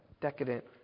Decadent